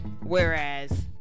whereas